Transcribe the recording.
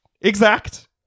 Exact